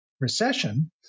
recession